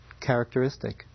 characteristic